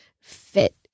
fit